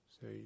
say